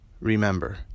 Remember